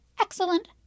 excellent